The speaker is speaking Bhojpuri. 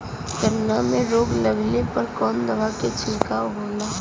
गन्ना में रोग लगले पर कवन दवा के छिड़काव होला?